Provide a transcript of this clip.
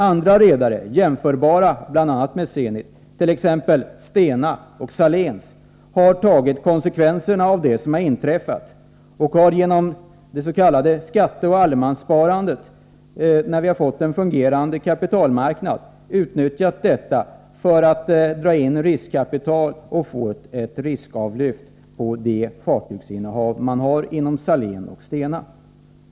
Andra redare jämförbara med Zenit — t.ex. Stena och Saléns — har tagit konsekvenserna av det som har inträffat och har utnyttjat det faktum att vi genom det s.k. skatteoch allemanssparandet har fått en fungerande kapitalmarknad för att driva in riskkapital och få ett riskavlyft på sina resp. fartygsinnehav.